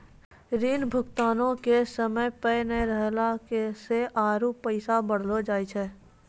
ऋण भुगतानो के समय पे नै करला से आरु पैसा बढ़लो जाय छै